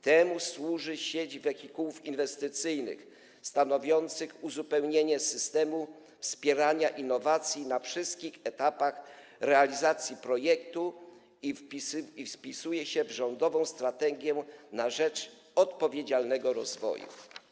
Temu służy sieć wehikułów inwestycyjnych stanowiąca uzupełnienie systemu wspierania innowacji na wszystkich etapach realizacji projektu i wpisująca się w rządową „Strategię na rzecz odpowiedzialnego rozwoju”